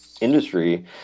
industry